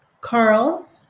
Carl